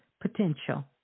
potential